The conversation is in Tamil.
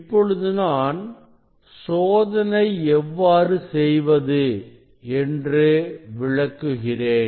இப்பொழுது நான் சோதனை எவ்வாறு செய்வது என்று விளக்குகிறேன்